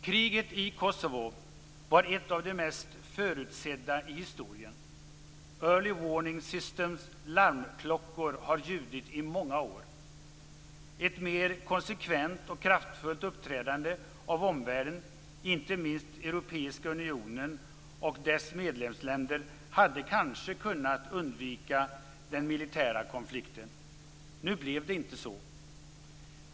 Kriget i Kosovo var ett av de mest förutsedda i historien. Early Warning-systemens larmklockor har ljudit i många år. Ett mer konsekvent och kraftfullt uppträdande av omvärlden, inte minst Europeiska unionen och dess medlemsländer, hade kanske kunnat undvika den militära konflikten. Nu blev det inte så.